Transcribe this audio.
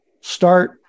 start